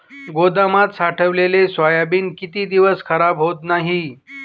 गोदामात साठवलेले सोयाबीन किती दिवस खराब होत नाही?